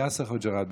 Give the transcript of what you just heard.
יאסר חוג'יראת,